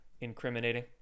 incriminating